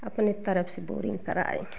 अपने तरफ़ से बोरिंग कराए